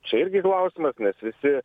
čia irgi klausimas nes visi